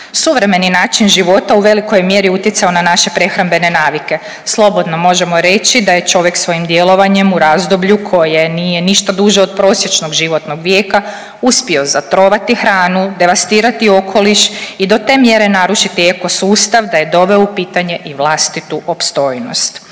Suvremeni način života u velikoj mjeri utjecao na naše prehrambene navike. Slobodno možemo reći da je čovjek svojim djelovanjem u razdoblju koje nije ništa duže od prosječnog životnog vijeka uspio zatrovati hranu, devastirati okoliš i do te mjere narušiti ekosustav da je doveo u pitanje i vlastitu opstojnost.